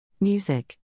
Music